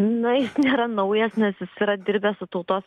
na jis nėra naujas nes jis yra dirbę su tautos